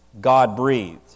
God-breathed